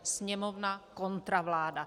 Sněmovna kontra vláda.